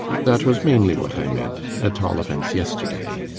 that was mainly what i meant at all events, yesterday.